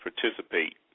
participate